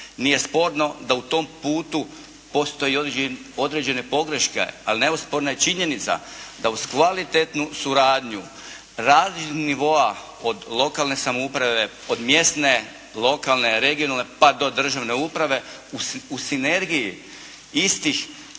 Nije sporno da u tom putu postoje i određene pogreške. Ali neosporna je činjenica da uz kvalitetnu suradnju razlika nivoa od lokalne samouprave od mjesne, lokalne, regionalne, pa do državne uprave u sinergiji istih